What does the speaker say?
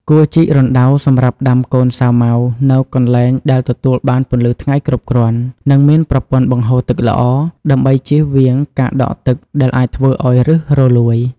គួរជីករណ្ដៅសម្រាប់ដាំកូនសាវម៉ាវនៅកន្លែងដែលទទួលបានពន្លឺថ្ងៃគ្រប់គ្រាន់ និងមានប្រព័ន្ធបង្ហូរទឹកល្អ ដើម្បីចៀសវាងការដក់ទឹកដែលអាចធ្វើឲ្យឫសរលួយ។